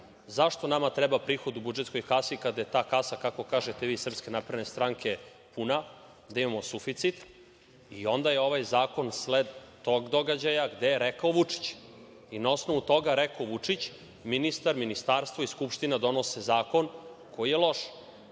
Zašto nama treba prihod u budžetskoj kasi kada je ta kasa, kako kažete vi iz SNS puna, da imamo suficit? Onda je ovaj zakon sled događaja gde je rekao Vučić. Na osnovu toga „rekao je Vučić“ ministar, ministarstvo i Skupština donose zakon koji je loš.